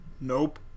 Nope